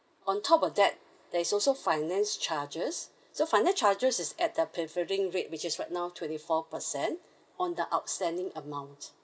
on top of that there is also finance charges so finance charges is at the prevailing rate which is right now twenty four percent on the outstanding amount